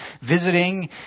visiting